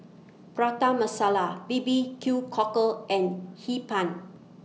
Prata Masala B B Q Cockle and Hee Pan